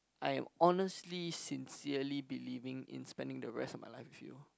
I am honestly sincerely believing in spending the rest of my life with you